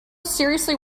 seriously